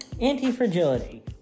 Anti-fragility